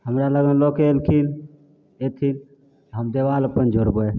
हमरालगमे लऽके अएलखिन अइथिन हम देवाल अपन जोड़बै